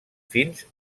fins